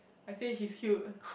I say she's cute